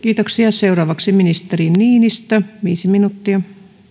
seuraavaksi ministeri niinistö viisi minuuttia